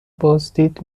بازدید